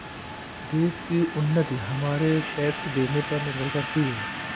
देश की उन्नति हमारे टैक्स देने पर निर्भर करती है